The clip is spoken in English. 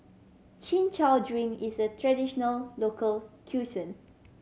Chin Chow drink is a traditional local